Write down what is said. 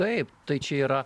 taip tai čia yra